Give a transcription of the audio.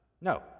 No